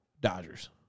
Dodgers